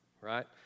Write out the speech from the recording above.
right